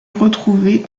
retrouvés